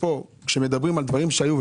כשמדברים על דברים שהיו,